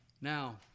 Now